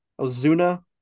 Ozuna